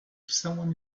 someone